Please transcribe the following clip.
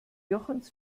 jochens